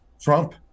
Trump